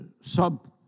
sub-